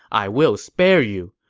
i will spare you.